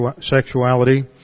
sexuality